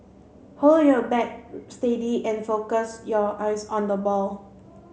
hold your bat steady and focus your eyes on the ball